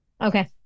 Okay